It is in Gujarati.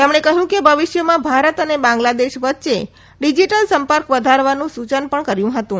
તેમણે કહ્યું કે ભવિષ્યમાં ભારત અને બાંગ્લાદેશ વચ્ચે ડિજીટલ સંપર્ક વધારવાનું સૂચન પણ કર્યું હતું